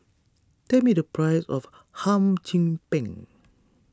tell me the price of Hum Chim Peng